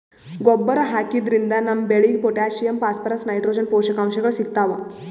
ಗೊಬ್ಬರ್ ಹಾಕಿದ್ರಿನ್ದ ನಮ್ ಬೆಳಿಗ್ ಪೊಟ್ಟ್ಯಾಷಿಯಂ ಫಾಸ್ಫರಸ್ ನೈಟ್ರೋಜನ್ ಪೋಷಕಾಂಶಗಳ್ ಸಿಗ್ತಾವ್